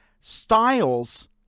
Styles